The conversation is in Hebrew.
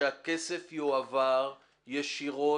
שהכסף יועבר ישירות